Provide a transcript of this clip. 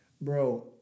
bro